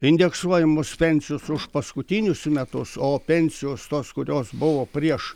indeksuojamos pensijos už paskutinius metus o pensijos tos kurios buvo prieš